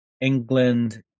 England